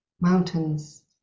mountains